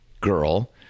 girl